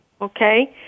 okay